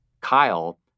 Kyle